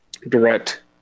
direct